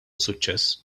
suċċess